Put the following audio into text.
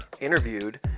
interviewed